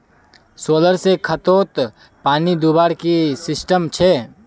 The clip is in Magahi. सोलर से खेतोत पानी दुबार की सिस्टम छे?